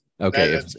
Okay